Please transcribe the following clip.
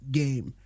game